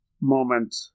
moment